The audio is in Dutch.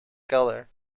kelder